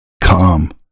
Come